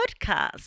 podcast